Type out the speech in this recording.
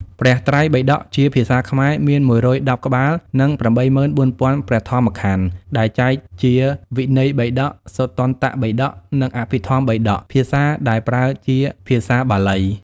ព្រះត្រៃបិដកជាភាសាខ្មែរមាន ១១០ ក្បាល និង ៨៤០០០ ព្រះធម្មក្ខន្ធ ដែលចែកជា វិនយបិដក សុត្តន្តបិដក និង អភិធម្មបិដក (ភាសាដែលប្រើជាភាសាបាលី។)។